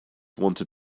wanted